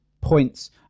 points